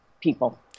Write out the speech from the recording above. people